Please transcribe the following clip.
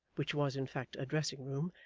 which was in fact a dressing-room,